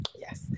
Yes